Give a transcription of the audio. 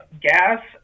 gas